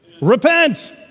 Repent